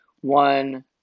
one